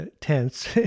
tense